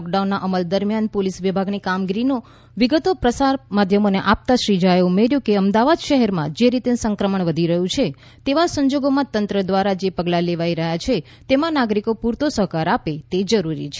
લૉકડાઉનના અમલ દરમિયાન પોલીસ વિભાગની કામગીરીની વિગતો પ્રસાર માધ્યમોને આપતા શ્રી ઝાએ ઉમેર્યું કે અમદાવાદ શહેરમાં જે રીતે સંક્રમણ વધી રહ્યું છે તેવા સંજોગોમાં તંત્ર દ્વારા જે પગલાં લેવાઈ રહ્યા છે તેમાં નાગરિકો પૂરતો સહકાર આપે તે જરૂરી છે